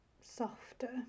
softer